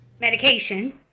medication